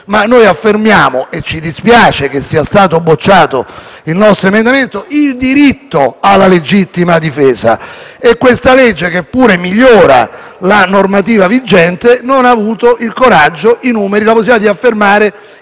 ma noi affermiamo - e ci dispiace che sia stato bocciato il nostro emendamento - il diritto alla legittima difesa e questa legge, che pure migliora la normativa vigente, non ho avuto il coraggio, i numeri e la possibilità di affermare